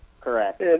Correct